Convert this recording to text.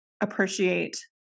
appreciate